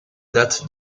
datent